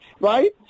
right